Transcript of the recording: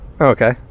Okay